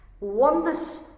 oneness